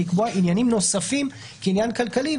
לקבוע עניינים נוספים כעניין כלכלי.